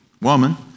woman